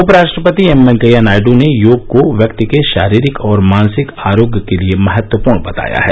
उपराष्ट्रपति एम वेंकैया नायडू ने योग को व्यक्ति के शारीरिक और मानसिक आरोग्य के लिये महत्वपूर्ण बताया है